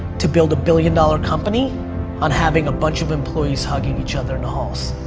to build a billion dollar company on having a bunch of employees hugging each other in the halls.